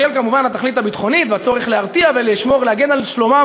כמובן בשל התכלית הביטחונית והצורך להרתיע ולשמור ולהגן על שלומם,